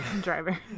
driver